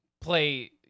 play